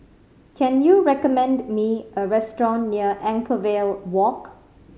can you recommend me a restaurant near Anchorvale Walk